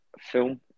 film